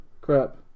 crap